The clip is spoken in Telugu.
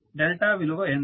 డెల్టా విలువ ఎంత